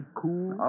cool